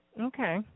Okay